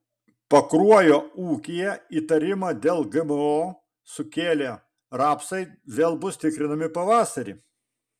pakruojo ūkyje įtarimą dėl gmo sukėlę rapsai vėl bus tikrinami pavasarį